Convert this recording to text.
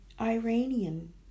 Iranian